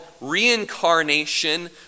reincarnation